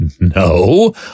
No